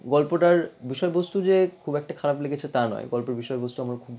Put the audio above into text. গল্পটার বিষয়বস্তু যে খুব একটা খারাপ লেগেছে তা নয় গল্পের বিষয়বস্তু আমার খুব